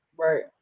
right